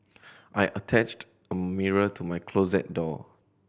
I attached a mirror to my closet door